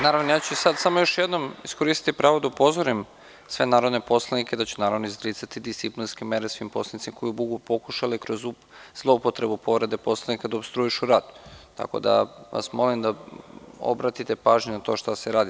Naravno, ja ću sada samo još jednom iskoristiti pravo da upozorim sve narodne poslanike da ću izricati disciplinske mere svim poslanicima koji budu pokušali kroz zloupotrebu povrede Poslovnika da opstruišu rad, tako da vas molim da obratite pažnju na to šta se radi.